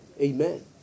amen